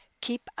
Keep